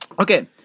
Okay